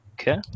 Okay